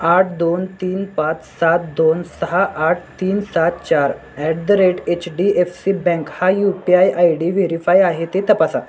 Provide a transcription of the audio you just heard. आठ दोन तीन पाच सात दोन सहा आठ तीन सात चार at the rate H D F C bank हा U P I I D verify आहे ते तपासा